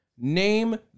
Name